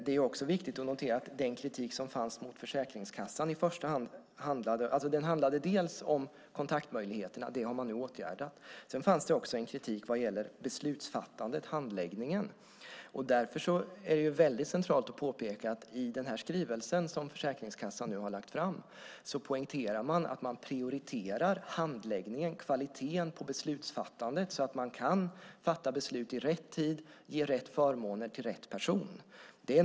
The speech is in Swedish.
Det är viktigt att notera att den kritik som fanns mot Försäkringskassan handlade dels om kontaktmöjligheterna, vilket man nu åtgärdat, dels om beslutsfattandet, handläggningen. Därför är det centralt att påpeka att i den skrivelse som Försäkringskassan lagt fram poängterar man att man prioriterar handläggningen, kvaliteten på beslutsfattandet, så att man kan fatta beslut i rätt tid och ge rätt förmåner till rätt personer.